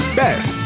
best